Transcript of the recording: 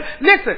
listen